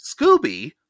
Scooby